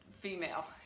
female